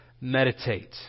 meditate